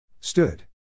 Stood